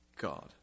God